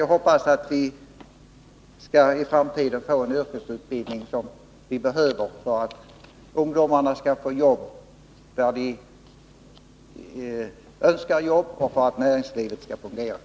Jag hoppas att vi i framtiden skall få till stånd den yrkesutbildning som vi behöver för att ungdomarna skall få jobb där de önskar och för att näringslivet skall fungera.